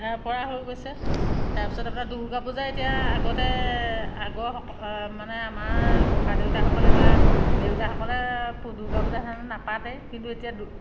ইয়াৰপৰা হৈ গৈছে তাৰপিছত আপোনাৰ দুৰ্গাপূজা এতিয়া আগতে আগৰ মানে আমাৰ ককাদেউতাসকলে বা দেউতাসকলে দুৰ্গাপূজা নাপাতেই কিন্তু এতিয়া দু